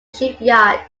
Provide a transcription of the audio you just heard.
shipyard